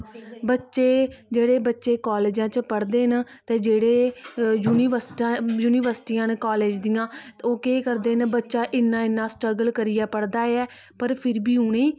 बच्चे जेह्ड़े बच्चे कालजै च पढ़दे न ते जेह्ड़े यूनिवर्स यूनिवर्सिटी न कालेज दियां ते ओह् केह् करदे न बच्चा इन्ना इन्ना स्ट्रगल करियै पढ़दा ऐ पर फिर बी उ'नेंगी